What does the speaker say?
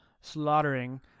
slaughtering